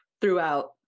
throughout